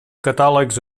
catàlegs